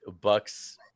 Buck's